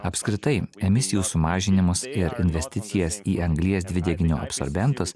apskritai emisijų sumažinimus ir investicijas į anglies dvideginio absorbentus